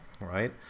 right